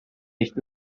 nicht